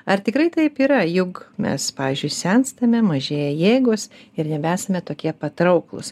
ar tikrai taip yra juk mes pavyzdžiui senstame mažėja jėgos ir nebeesame tokie patrauklūs